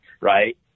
right